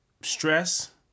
stress